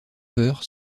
peur